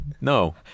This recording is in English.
No